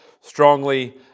strongly